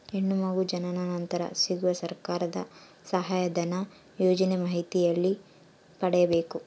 ಹೆಣ್ಣು ಮಗು ಜನನ ನಂತರ ಸಿಗುವ ಸರ್ಕಾರದ ಸಹಾಯಧನ ಯೋಜನೆ ಮಾಹಿತಿ ಎಲ್ಲಿ ಪಡೆಯಬೇಕು?